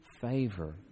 favor